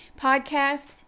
podcast